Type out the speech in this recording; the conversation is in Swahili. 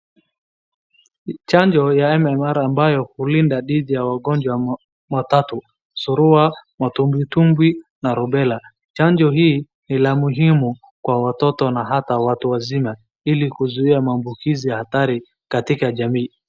Chanjo ya MMR ambayo ulinda dhidi ya magonjwa matatu surua, Matumbwitumbwi na Rubela. Chanjo hii ni la muhimu kwa watoto na hata watu wazima ili kuzuia maambukizo hatari katika jamii.